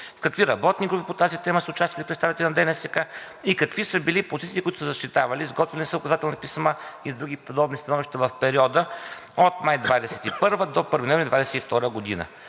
в какви работни групи по тази тема са участвали представители на ДНСК и какви са позициите, които са защитавали, изготвили ли са указателни писма и други подобни становища в периода от май 2021 г. до 1 ноември 2022 г.?